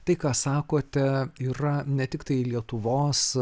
tai ką sakote yra ne tiktai lietuvos